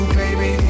baby